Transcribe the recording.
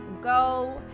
go